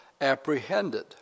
apprehended